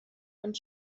und